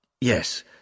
yes